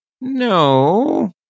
no